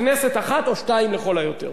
כנסת אחת או שתיים לכל היותר.